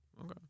Okay